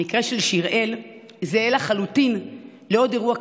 המקרה של שיראל זהה לחלוטין לעוד אירוע קשה,